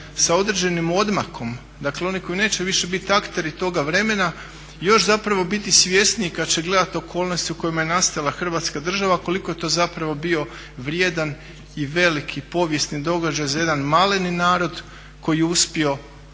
sa određenim odmakom, dakle oni koji neće više biti akteri toga vremena još zapravo biti svjesniji kad će gledat okolnosti u kojima je nastajala Hrvatska država, koliko je to zapravo bio vrijedan i velik i povijesni događaj za maleni narod koji je uspio